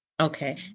Okay